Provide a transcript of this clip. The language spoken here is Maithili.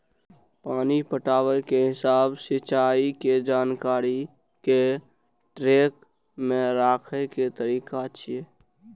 पानि पटाबै के हिसाब सिंचाइ के जानकारी कें ट्रैक मे राखै के तरीका छियै